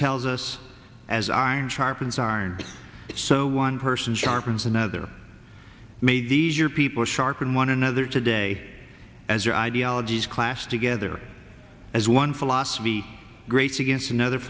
tells us as iron sharpens aren't so one person sharpens another made your people sharpen one another today as your ideologies class together as one philosophy grates against another